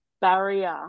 barrier